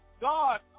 God